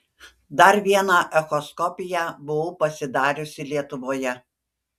dar vieną echoskopiją buvau pasidariusi lietuvoje